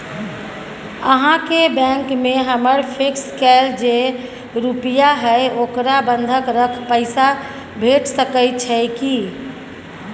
अहाँके बैंक में हमर फिक्स कैल जे रुपिया हय ओकरा बंधक रख पैसा भेट सकै छै कि?